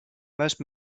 most